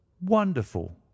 wonderful